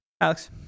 alex